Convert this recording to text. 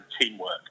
teamwork